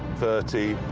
thirty.